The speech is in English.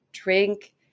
drink